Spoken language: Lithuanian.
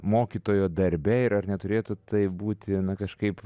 mokytojo darbe ir ar neturėtų tai būti kažkaip